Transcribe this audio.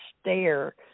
stare